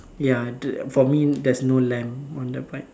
ya th~ for me there is no lamp on the bike